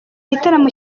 gitaramo